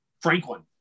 Franklin